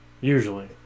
Usually